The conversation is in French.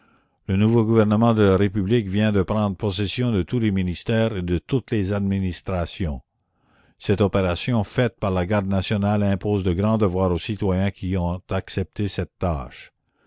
le nouveau gouvernement de la république vient de prendre possession de tous les ministères et de toutes les administrations cette opération faite par la garde nationale impose de grands devoirs aux citoyens qui ont accepté cette tâche